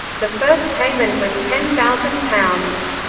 the first payment was ten thousand pounds.